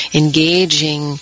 engaging